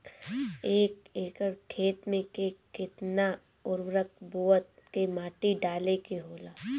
एक एकड़ खेत में के केतना उर्वरक बोअत के माटी डाले के होला?